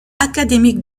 académique